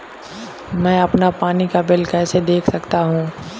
मैं अपना पानी का बिल कैसे देख सकता हूँ?